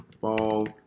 Ball